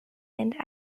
and